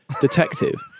detective